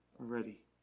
Already